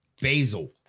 basil